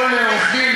כל עורך-דין,